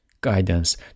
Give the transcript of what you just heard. guidance